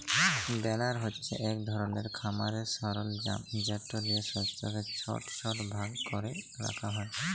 বেলার হছে ইক ধরলের খামারের সরলজাম যেট লিঁয়ে শস্যকে ছট ছট ভাগ ক্যরে রাখা হ্যয়